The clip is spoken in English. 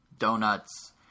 donuts